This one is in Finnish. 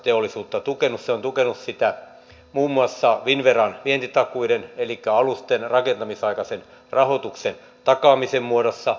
se on tukenut sitä muun muassa finnveran vientitakuiden eli alusten rakentamisaikaisen rahoituksen takaamisen muodossa